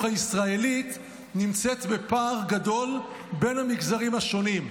הישראלית נמצאת בפער גדול בין המגזרים השונים.